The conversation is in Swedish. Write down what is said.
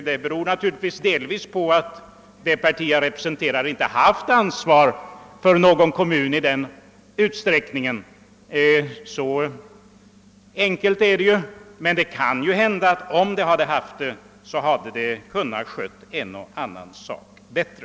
Det beror naturligtvis delvis på att mitt parti inte har haft ansvar för någon kommun i större utsträckning — så enkelt ligger det till — men det kan hända att om det hade haft det, hade det kunna sköta en och annan sak bättre.